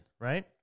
right